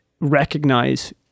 recognize